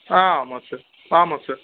ஆ ஆமாம் சார் ஆமாம் சார்